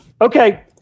Okay